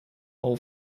all